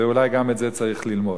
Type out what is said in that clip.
ואולי גם את זה צריכים ללמוד.